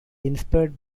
inspired